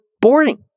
boring